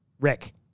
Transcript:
Rick